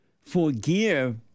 forgive